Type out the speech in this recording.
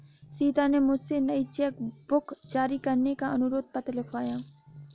सीता ने मुझसे नई चेक बुक जारी करने का अनुरोध पत्र लिखवाया